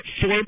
four